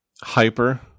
Hyper